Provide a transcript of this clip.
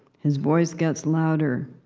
his voice gets louder.